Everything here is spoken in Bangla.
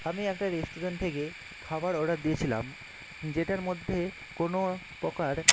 আমি একটা রেস্টুরেন্ট থেকে খাবার অর্ডার দিয়েছিলাম যেটার মধ্যে কোনও প্রকার